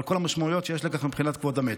על כל המשמעויות שיש לכך מבחינת כבוד המת.